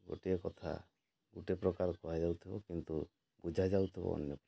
ଗୋଟିଏ କଥା ଗୋଟିଏ ପ୍ରକାର କୁହାଯାଉଥିବ କିନ୍ତୁ ବୁଝାଯାଉଥିବ ଅନ୍ୟପ୍ରକାର